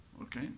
Okay